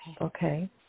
Okay